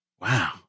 Wow